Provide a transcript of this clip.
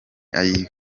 ay’ingwe